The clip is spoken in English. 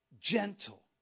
gentle